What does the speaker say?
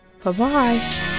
Bye-bye